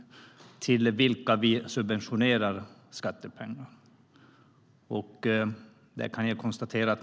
Det handlar om vilka vi subventionerar med skattepengar.